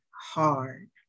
hard